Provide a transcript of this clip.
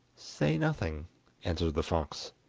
say nothing answered the fox,